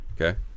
Okay